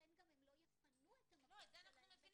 לכן הם גם לא יפנו את המקום שלהם --- את זה אנחנו מבינים,